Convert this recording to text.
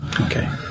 okay